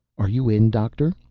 are you in, doctor?